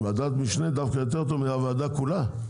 ועדת משנה זה גם יותר טוב מהוועדה כולה.